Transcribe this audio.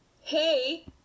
Hey